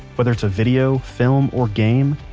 whether it's a video, film, or game,